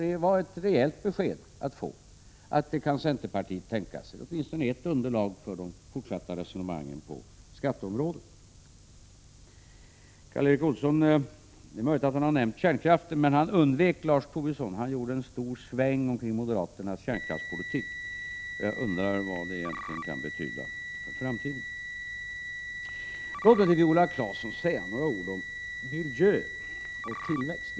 Det var ett reellt besked från centerpartiet. Det är åtminstone ett underlag för de fortsatta resonemangen på skatteområdet. Det är möjligt att Karl Erik Olsson har nämnt kärnkraften, men han undvek Lars Tobisson. Karl Erik Olsson gjorde en stor sväng kring moderaternas kärnkraftspolitik. Jag undrar vad det egentligen kan betyda för framtiden. Låt mig till Viola Claesson säga några ord om miljö och tillväxt.